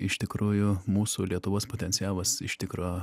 iš tikrųjų mūsų lietuvos potencialas iš tikro